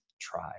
try